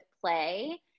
play